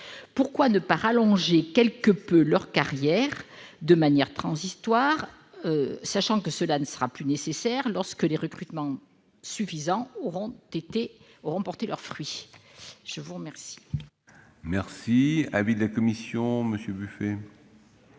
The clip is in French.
Pourquoi ne pas rallonger quelque peu leur carrière de manière transitoire, sachant que cela ne sera plus nécessaire lorsque les recrutements suffisants auront porté leurs fruits ? Quel est l'avis de la commission ? La